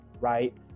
right